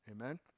Amen